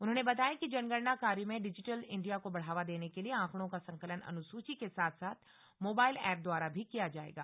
उन्होंने बताया कि जनगणना कार्य में डिजिटल इंडिया को बढ़ावा देने के लिए आंकड़ों का संकलन अनुसूची के साथ साथ मोबाईल एप द्वारा भी किया जाएगा